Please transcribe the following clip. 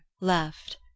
left